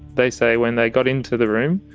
they say when they got into the room,